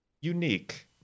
unique